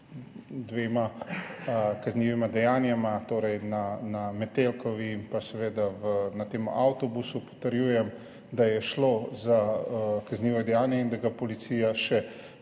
dvema kaznivima dejanjema, torej na Metelkovi in na tem avtobusu, potrjujem, da je šlo za kaznivi dejanji in da ju policija še